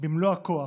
במלוא הכוח,